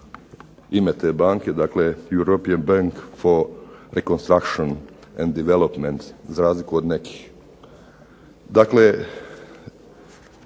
ime te banke, dakle European bank for Reconstruncion and Development za razliku od nekih. Dakle,